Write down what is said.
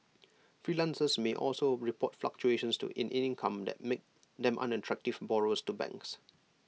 freelancers may also report fluctuations to in income that make them unattractive borrowers to banks